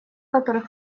которых